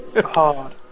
Hard